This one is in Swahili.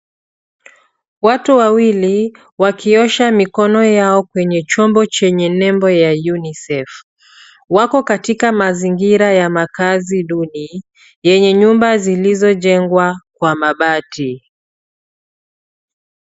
Watu wawili wakiosha mikono yao kwenye chombo chenye nebo ya unicef. Wako katika mazingira ya makazi duni yenye nyumba zilizojengwa kwa mabati.